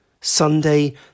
Sunday